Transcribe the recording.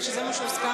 לשנת הכספים 2017,